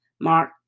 Mark